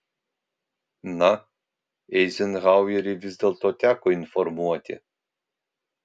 na eizenhauerį vis dėlto teko informuoti